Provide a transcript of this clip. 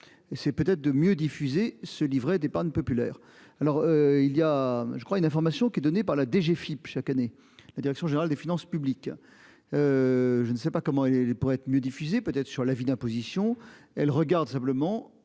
c'est peut-être de mieux diffuser ce livret d'épargne populaire. Alors il y a je crois une information qui est donnée par la DGFIP chaque année. La direction générale des finances publiques. Je ne sais pas comment elle pourrait être mieux diffuser peut-être être sur l'avis d'imposition, elle regarde simplement.